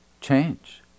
change